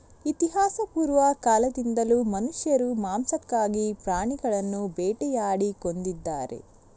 ಇತಿಹಾಸಪೂರ್ವ ಕಾಲದಿಂದಲೂ ಮನುಷ್ಯರು ಮಾಂಸಕ್ಕಾಗಿ ಪ್ರಾಣಿಗಳನ್ನು ಬೇಟೆಯಾಡಿ ಕೊಂದಿದ್ದಾರೆ